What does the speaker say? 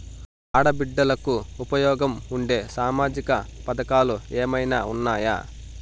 ఆడ బిడ్డలకు ఉపయోగం ఉండే సామాజిక పథకాలు ఏమైనా ఉన్నాయా?